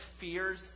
fears